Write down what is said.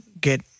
get